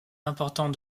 importants